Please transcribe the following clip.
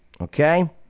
Okay